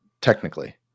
technically